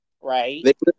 Right